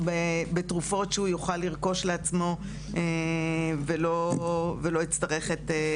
מתרופות שהוא יוכל לרכוש לעצמו ולא יצטרך את עזרתה.